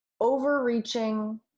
overreaching